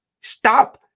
stop